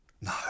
no